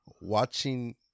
Watching